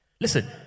Listen